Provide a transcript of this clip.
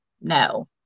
No